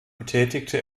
betätigte